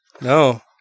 No